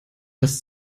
dass